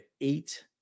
eight